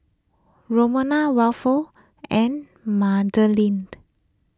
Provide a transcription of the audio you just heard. Ramona Wilford and Madelynn